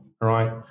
right